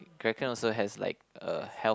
Kraken also has like uh health